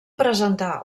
presentar